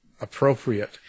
appropriate